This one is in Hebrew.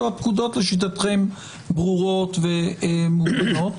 או הפקודות לשיטתכם ברורות ומובנות?